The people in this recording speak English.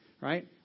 right